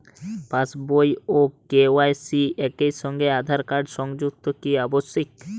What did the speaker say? পাশ বই ও কে.ওয়াই.সি একই সঙ্গে আঁধার কার্ড সংযুক্ত কি আবশিক?